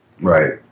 Right